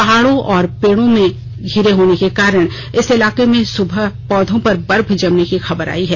पहाड़ों और पेड़ पौधों से घिरे होने के कारण इस इलाके में सुबह पौधों पर बर्फ जमने की खबर आयी है